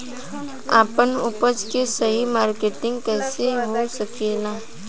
आपन उपज क सही मार्केटिंग कइसे हो सकेला?